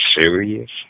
serious